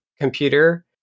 computer